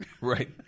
Right